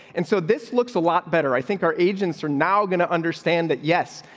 and so this looks a lot better. i think our agents are now gonna understand that, yes,